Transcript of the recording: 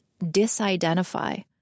disidentify